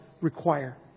require